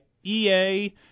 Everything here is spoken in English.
ea